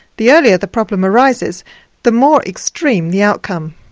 the earlier the problem arises the more extreme the outcome.